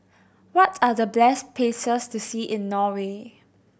what are the best places to see in Norway